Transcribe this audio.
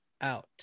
out